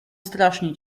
strasznie